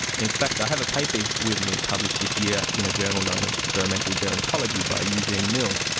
and in fact i have a paper with me published this year in a journal known as experimental gerontology by eugene milne,